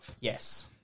Yes